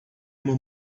uma